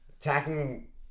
attacking